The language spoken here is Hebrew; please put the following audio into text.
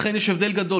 לכן יש הבדל גדול.